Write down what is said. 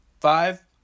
Five